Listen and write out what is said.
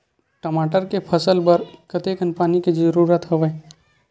टमाटर के फसल बर कतेकन पानी के जरूरत हवय?